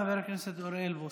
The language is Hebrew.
תודה, חבר הכנסת אוריאל בוסו.